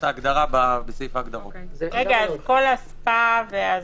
אז כל הספא?